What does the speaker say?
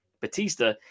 Batista